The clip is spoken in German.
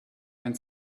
ein